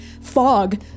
fog